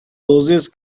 roses